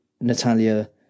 Natalia